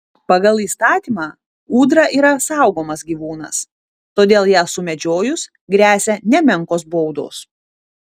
pagal įstatymą ūdra yra saugomas gyvūnas todėl ją sumedžiojus gresia nemenkos baudos